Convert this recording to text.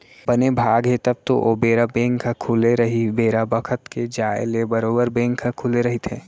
बने भाग हे तब तो ओ बेरा बेंक ह खुले रही बेरा बखत के जाय ले बरोबर बेंक ह खुले रहिथे